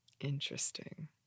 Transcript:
Interesting